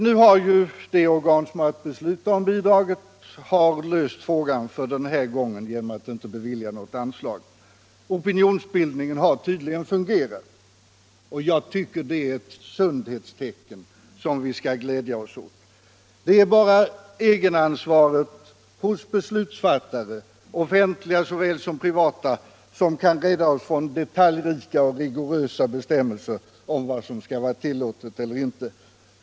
Nu har det organ som har att besluta om bidraget löst frågan för den här gången genom att inte bevilja något anslag. Opinionsbildningen har tydligen fungerat och jag tycker att det är ett sundhetstecken som vi skall glädja oss åt. Det är bara egenansvaret hos beslutsfattare, såväl offentliga som privata, som kan rädda oss från detaljrika och rigorösa bestämmelser om vad som skall vara tillåtet eller inte.